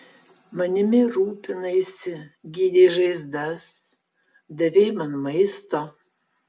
manimi rūpinaisi gydei žaizdas davei man maisto